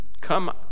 come